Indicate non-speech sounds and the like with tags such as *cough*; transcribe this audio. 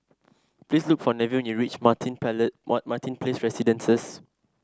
please look for Nevin when you reach Martin Place *unintelligible* Martin Place Residences